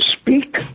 speak